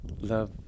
love